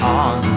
on